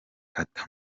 kata